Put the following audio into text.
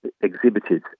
exhibited